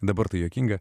dabar tai juokinga